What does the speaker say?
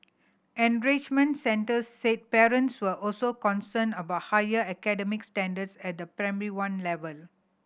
enrichment centres said parents were also concerned about higher academic standards at the Primary One level